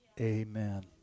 amen